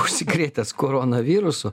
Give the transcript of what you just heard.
užsikrėtęs koronavirusu